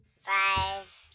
Five